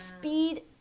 speed